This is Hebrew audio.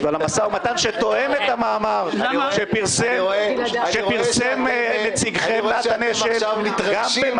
-- ועל משא ומתן שתואם את המאמר שפרסם נציגכם --- גם במקור